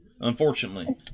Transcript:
Unfortunately